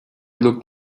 looked